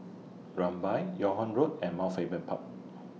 Rumbia Yung Ho Road and Mount Faber Park